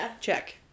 check